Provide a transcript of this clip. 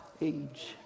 age